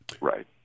Right